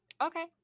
Okay